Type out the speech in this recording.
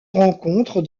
rencontre